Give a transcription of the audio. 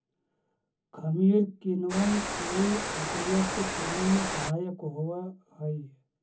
खमीर किणवन की प्रक्रिया को करने में सहायक होवअ हई